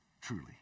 Truly